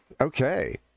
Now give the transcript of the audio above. Okay